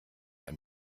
ein